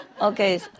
Okay